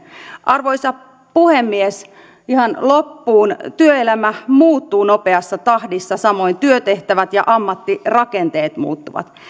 arvoisa puhemies ihan loppuun työelämä muuttuu nopeassa tahdissa samoin työtehtävät ja ammattirakenteet muuttuvat